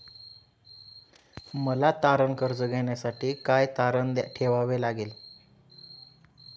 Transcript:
मला तारण कर्ज घेण्यासाठी काय तारण ठेवावे लागेल?